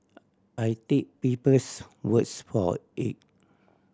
I take people's words for it